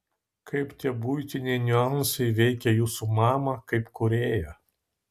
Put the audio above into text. kaip tie buitiniai niuansai veikė jūsų mamą kaip kūrėją